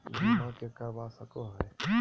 बीमा के करवा सको है?